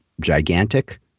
gigantic